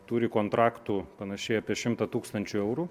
turi kontraktų panašiai apie šimtą tūkstančių eurų